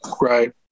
right